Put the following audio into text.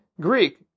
Greek